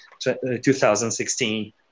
2016